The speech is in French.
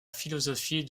philosophie